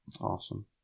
Awesome